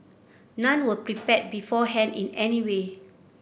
none were prepared beforehand in any way